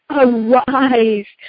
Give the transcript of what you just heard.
arise